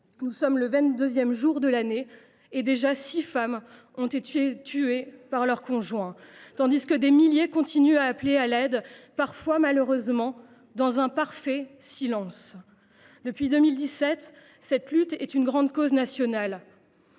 Nous sommes le vingt deuxième jour de l’année et six femmes ont déjà été tuées par leur conjoint, tandis que des milliers d’entre elles continuent à appeler à l’aide, parfois, malheureusement, dans un parfait silence. Depuis 2017, cette lutte est une grande cause nationale.